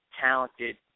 talented